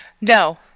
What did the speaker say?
No